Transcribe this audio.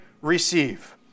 receive